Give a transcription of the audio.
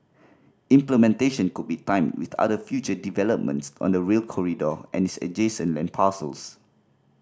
implementation could be timed with other future developments on the Rail Corridor and its adjacent land parcels